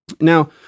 Now